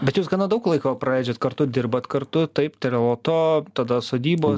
bet jūs gana daug laiko praleidžiat kartu dirbat kartu taip teleloto tada sodybos